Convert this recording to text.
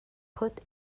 put